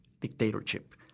dictatorship